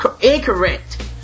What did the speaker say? incorrect